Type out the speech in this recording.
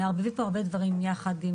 מערבבים פה הרבה דברים יחד,